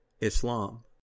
Islam